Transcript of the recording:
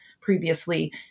previously